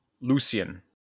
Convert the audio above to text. Lucian